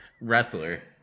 wrestler